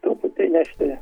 truputį įnešti